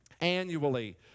annually